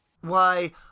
Why